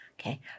Okay